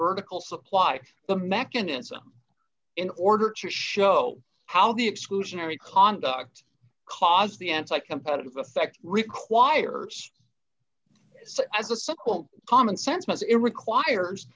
vertical supply the mechanism in order to show how the exclusionary conduct causes the anti competitive effect requires so as a simple common sense because it requires